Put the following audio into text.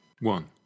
one